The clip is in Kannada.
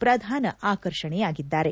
ಪ್ರಧಾನ ಆಕರ್ಷಣೆಯಾಗಿದ್ದಾರೆ